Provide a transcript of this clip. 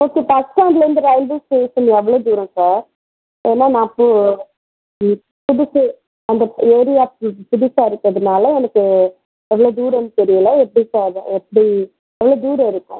okay bus ஸ்டாண்ட்லேருந்து railway station எவ்வளோ தூரம் சார் ஏன்னால் நான் பு புதுசு அந்த ஏரியாவுக்கு புதுசாக இருக்கிறதுனால எனக்கு எவ்வளோ தூரம் தெரியலை எப்படி சார் எப்படி எவ்வளோ தூரம் இருக்கும்